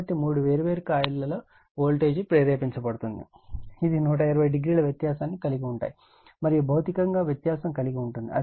కాబట్టి ఈ మూడు వేర్వేరు కాయిల్లో వోల్టేజ్ ప్రేరేపించబడుతుంది ఇవి 120 డిగ్రీల వ్యత్యాసాన్ని కలిగి ఉంటాయి మరియు భౌతికంగా వ్యత్యాసం కలిగి ఉంటాయి